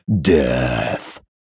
Death